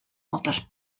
moltes